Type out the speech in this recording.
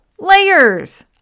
Layers